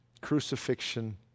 crucifixion